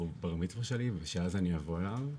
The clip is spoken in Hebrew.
הבר מצווה שלי ואז אני אבוא אליו,